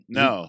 no